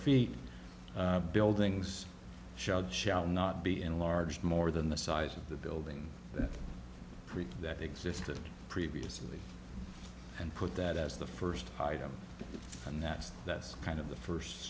feet of buildings child shall not be enlarged more than the size of the building that existed previously and put that as the first item and that's that's kind of the first